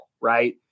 right